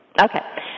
Okay